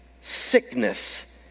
sickness